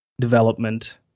development